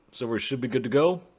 so we should be good to go.